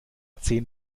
zehn